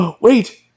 Wait